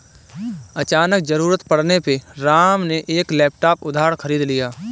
अचानक ज़रूरत पड़ने पे राम ने एक लैपटॉप उधार खरीद लिया